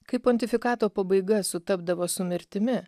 kai pontifikato pabaiga sutapdavo su mirtimi